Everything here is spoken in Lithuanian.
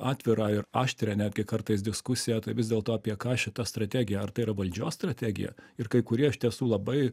atvirą ir aštrią netgi kartais diskusiją tai vis dėlto apie ką šita strategija ar tai yra valdžios strategija ir kai kurie iš tiesų labai